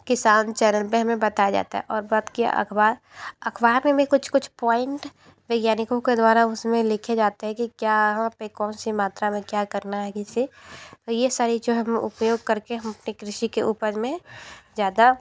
किसान चैनल पे हमें बताया जाता है और बात क्या अखबार अखबार में हमें कुछ कुछ पॉइंट वैज्ञानिकों के द्वारा उसमें लिखे जाते हैं कि क्या वहाँ पे कौनसी मात्रा में क्या करना है जिससे ये सारी जो है हम उपयोग करके हम एक कृषि के ऊपर में ज़्यादा